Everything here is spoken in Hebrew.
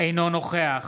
אינו נוכח